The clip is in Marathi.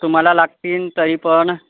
तुम्हाला लागतील तरी पण